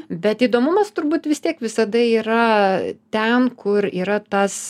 bet įdomumas turbūt vis tiek visada yra ten kur yra tas